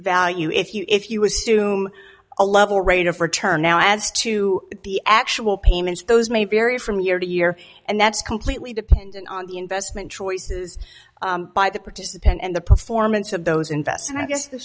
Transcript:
value if you if you assume a level rate of return now as to the actual payments those may vary from year to year and that's completely dependent on the investment choices by the participant and the performance of those invest and i guess